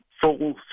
full